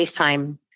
FaceTime